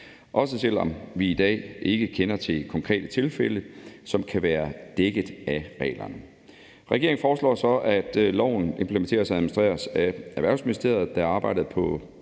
også selv om vi i dag ikke kender til konkrete tilfælde, som kan være dækket af reglerne. Regeringen foreslår så, at loven implementeres og administreres af Erhvervsministeriet, da arbejdet på